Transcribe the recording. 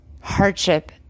hardship